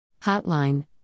Hotline